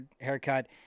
haircut